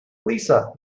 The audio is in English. lisa